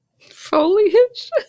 Foliage